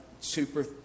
super